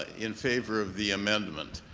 in favor of the amendment.